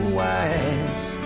wise